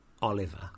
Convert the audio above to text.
Oliver